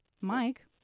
Mike